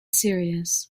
serious